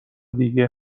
دیگه